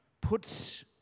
puts